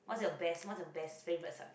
what's the best what's the best favorite